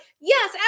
yes